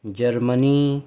Germany